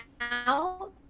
out